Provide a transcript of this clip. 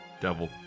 devil